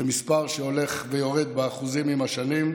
זה מספר שהולך ויורד באחוזים עם השנים.